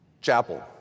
chapel